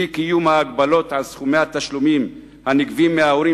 אי-קיום ההגבלות על סכומי התשלומים הנגבים מההורים